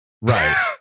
Right